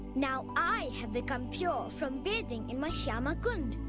now i have become pure from bathing in my shyama kunda.